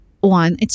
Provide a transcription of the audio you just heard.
one